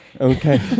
Okay